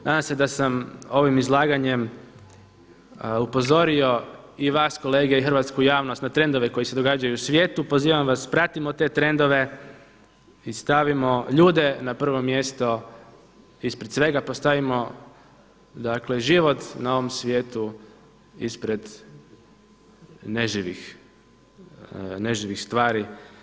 Nadam se da sam ovim izlaganjem upozorio i vas kolege i hrvatsku javnost na trendove koji se događaju u svijetu, pozivam vas pratimo te trendove i stavimo ljude na prvo mjesto ispred svega postavimo, dakle život na ovom svijetu ispred neživih stvari.